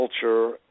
culture